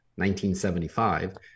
1975